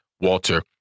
Walter